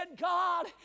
God